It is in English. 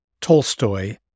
Tolstoy